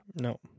No